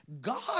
God